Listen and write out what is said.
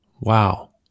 Wow